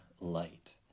light